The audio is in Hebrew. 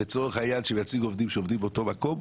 לצורך העניין שהם מייצגים עובדים שעובדים באותו מקום,